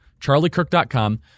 charliekirk.com